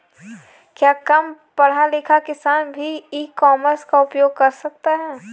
क्या कम पढ़ा लिखा किसान भी ई कॉमर्स का उपयोग कर सकता है?